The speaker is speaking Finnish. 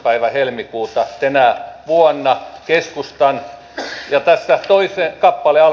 päivä helmikuuta tänä vuonna ja tässä toinen kappale alkaa